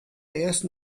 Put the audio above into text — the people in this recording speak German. ersten